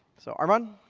so, armon?